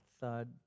thud